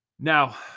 Now